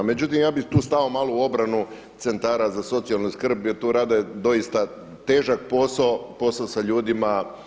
Međutim, ja bih tu stao malo u obranu centara za socijalnu skrb jer tu rade doista težak posao, posao sa ljudima.